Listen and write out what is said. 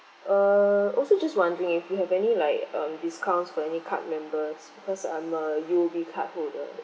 err also just wondering if you have any like um discounts for any card members because I'm a U_O_B cardholder